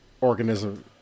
organism